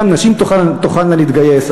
גם נשים תוכלנה להתגייס,